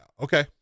okay